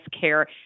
care